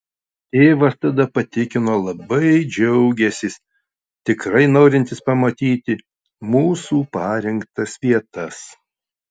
tėvas tada patikino labai džiaugiąsis tikrai norintis pamatyti mūsų parinktas vietas